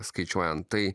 skaičiuojant tai